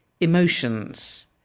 emotions